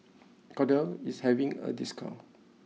Kordel is having a discount